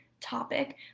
topic